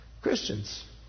Christians